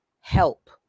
help